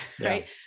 Right